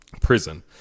prison